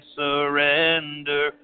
surrender